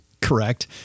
Correct